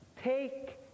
Take